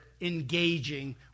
engaging